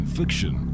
fiction